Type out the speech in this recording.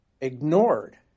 ignored